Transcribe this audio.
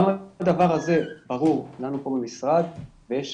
גם הדבר הזה ברור לנו פה במשרד ויש